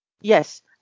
Yes